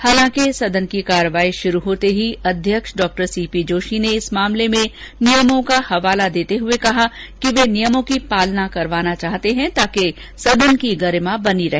हालांकि सदन की कार्यवाही शुरू होते ही अध्यक्ष डॉ सी पी जोशी ने इस मामले में नियमों का हवाला देते हुए कहा कि वे नियमों की पालना करवाना चाहते हैं ताकि सदन की गरिमा बनी रहे